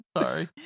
Sorry